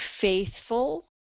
faithful